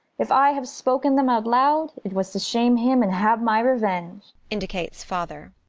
if i have spoken them out loud, it was to shame him and have my revenge indicates father.